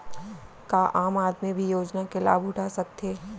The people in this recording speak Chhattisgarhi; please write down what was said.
का आम आदमी भी योजना के लाभ उठा सकथे?